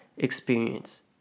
experience